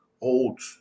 old